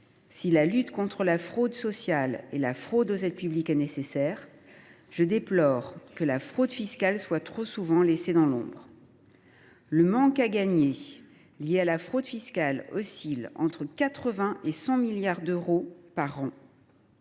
si la lutte contre la fraude sociale et la fraude aux aides publiques est nécessaire, je déplore que la fraude fiscale soit trop souvent laissée dans l’ombre. Le manque à gagner lié à la fraude fiscale oscille pourtant entre 80 milliards et 100 milliards d’euros par an.